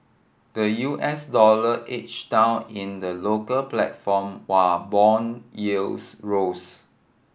the U S dollar each down in the local platform while bond yields rose